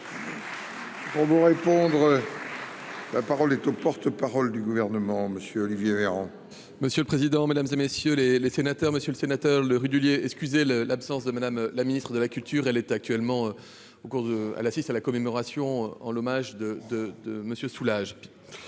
Costa à ce poste. La parole est au porte-parole du gouvernement Monsieur Olivier Véran. Monsieur le président, Mesdames et messieurs les sénateurs, Monsieur le Sénateur Le Rudulier excusez le, l'absence de Madame la Ministre de la culture, elle est actuellement au cours de à l'A6 à la commémoration en l'hommage de, de, de Monsieur Soulages,